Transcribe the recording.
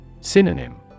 Synonym